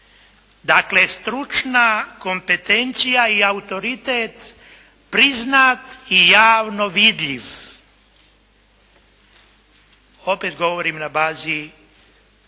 Dakle, stručna kompetencija i autoritet priznat i javno vidljiv. Opet govorim na bazi